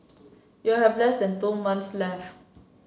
you have less than two months left